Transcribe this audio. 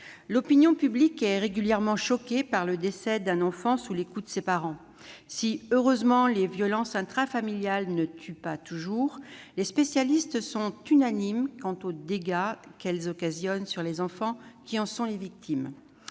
L'opinion publique est régulièrement choquée par le décès d'un enfant sous les coups de ses parents. Si, heureusement, les violences intrafamiliales ne tuent pas toujours, les spécialistes sont unanimes quant aux dégâts qu'elles occasionnent sur les enfants qui en sont les victimes.